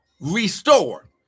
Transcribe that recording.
restore